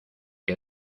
que